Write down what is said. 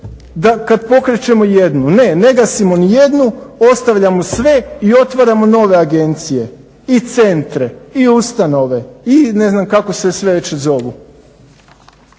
kada pokrećemo jednu. Ne, ne gasimo nijednu ostavljamo sve i otvaramo nove agencije i centra i ustanove i ne znam kako se već zovu.